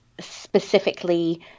specifically